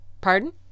Pardon